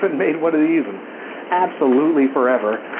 but made one of these and absolutely forever.